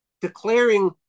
declaring